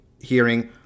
hearing